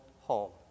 home